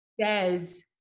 says